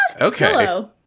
okay